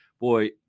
boy